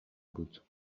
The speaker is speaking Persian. بود